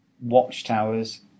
watchtowers